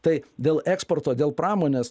tai dėl eksporto dėl pramonės